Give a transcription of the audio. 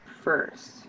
first